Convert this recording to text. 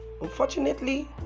Unfortunately